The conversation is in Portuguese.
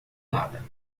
nada